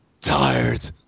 tired